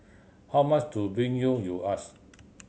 how much to bring you you ask